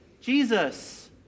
Jesus